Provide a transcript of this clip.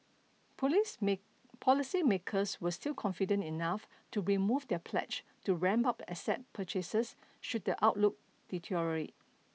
police may policy makers were still confident enough to remove their pledge to ramp up asset purchases should the outlook deteriorate